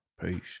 Peace